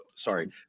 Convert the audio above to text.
sorry